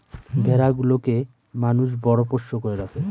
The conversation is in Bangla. ভেড়া গুলোকে মানুষ বড় পোষ্য করে রাখে